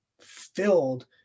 filled